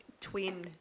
twin